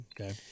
Okay